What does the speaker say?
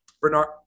Bernard